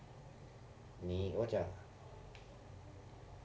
你我讲